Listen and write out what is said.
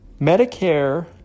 Medicare